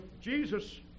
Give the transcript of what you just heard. Jesus